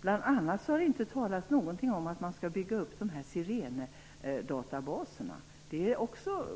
Bl.a. har det inte talats något om hur man skall bygga upp Sirene-databaserna. Det